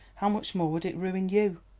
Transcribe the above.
how much more would it ruin you?